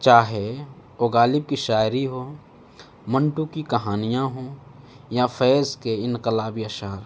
چاہے وہ غالب کی شاعری ہوں منٹو کی کہانیاں ہوں یا فیض کے انقلابی اشعار